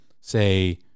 say